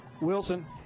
Wilson